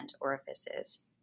orifices